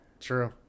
true